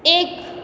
एक